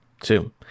two